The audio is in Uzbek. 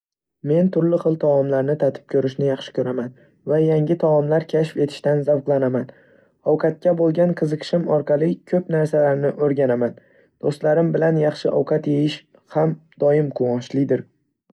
Men turli xil taomlarni tatib ko'rishni yaxshi ko'raman va yangi taomlar kashf etishdan zavqlanaman. Ovqatga bo'lgan qiziqishim orqali ko'p narsalarni o'rganaman. Do'stlarim bilan yaxshi ovqat yeyish har doim quvonchlidir.